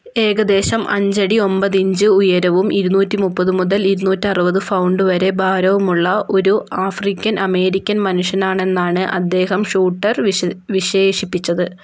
ഏകദേശം അഞ്ചടി ഒൻപത് ഇഞ്ച് ഉയരവും ഇരുനൂറ്റി മുപ്പത് മുതൽ ഇരുനൂറ്റി അറുപത് പൗണ്ട് വരെ ഭാരവുമുള്ള ഒരു ആഫ്രിക്കൻ അമേരിക്കൻ മനുഷ്യനാണെന്നാണ് അദ്ദേഹം ഷൂട്ടർ വിശേ വിശേഷിപ്പിച്ചത്